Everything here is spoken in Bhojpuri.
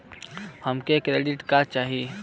हमके क्रेडिट कार्ड चाही